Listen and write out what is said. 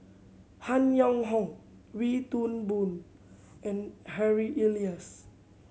Han Yong Hong Wee Toon Boon and Harry Elias